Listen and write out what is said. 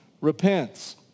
repents